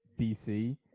BC